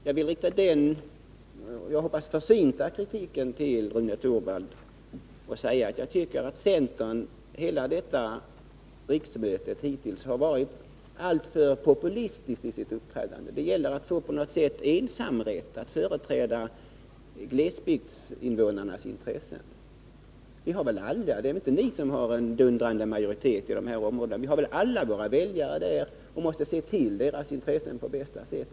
Jag vill rikta den som jag hoppas försynta kritiken till Rune Torwald, att jag tycker att centern under hela detta riksmöte hittills har varit alltför populistisk i sitt uppträdande. Det verkar som om det gäller att få ensamrätt att företräda glesbygdsinvånarnas intressen. Men det är ju inte ni som har en dundrande majoritet i de här områdena — vi har väl alla väljare där och måste se till deras intressen på bästa sätt.